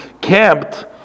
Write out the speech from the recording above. camped